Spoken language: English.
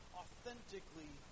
authentically